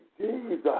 Jesus